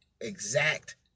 exact